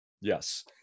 Yes